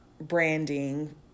branding